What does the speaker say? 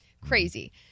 Crazy